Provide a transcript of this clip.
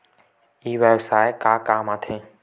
ई व्यवसाय का काम आथे?